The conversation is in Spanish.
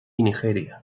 nigeria